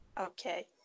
okay